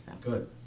Good